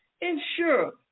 Ensure